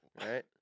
right